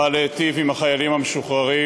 היא באה להטיב עם החיילים המשוחררים